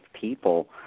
people